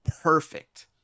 perfect